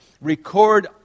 record